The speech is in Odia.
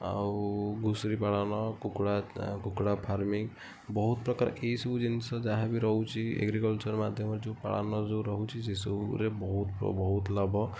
ଆଉ ଘୁଷୁରୀ ପାଳନ କୁକୁଡ଼ା କୁକୁଡ଼ା ଫାଂର୍ମୀଙ୍ଗ୍ ବହୁତପ୍ରକାର କି ବି ଜିନଷ ଯାହାବି ରହୁଛି ଏଗ୍ରିକଲଚର୍ ମାଧ୍ୟମରେ ଯେଉଁ ପାଳନ ଯେଉଁ ରହୁଛି ସେସବୁରେ ବହୁତ ପୁରା ବହୁତ ଲାଭ